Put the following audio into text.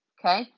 Okay